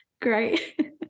Great